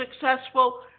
successful